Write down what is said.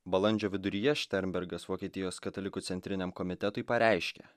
balandžio viduryje šternbergas vokietijos katalikų centriniam komitetui pareiškė